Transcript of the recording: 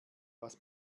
was